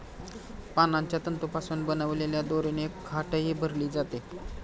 पानांच्या तंतूंपासून बनवलेल्या दोरीने खाटही भरली जाते